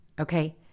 okay